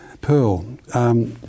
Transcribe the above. Pearl